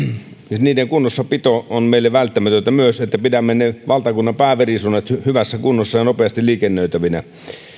ja niiden kunnossapito on meille myös välttämätöntä se että pidämme ne valtakunnan pääverisuonet hyvässä kunnossa ja nopeasti liikennöitävinä